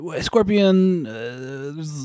Scorpion